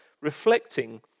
reflecting